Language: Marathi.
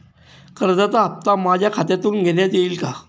कर्जाचा हप्ता माझ्या खात्यातून घेण्यात येईल का?